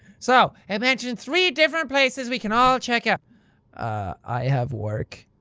so it mentioned three different places we can all check out! ah i have work.